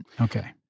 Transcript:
Okay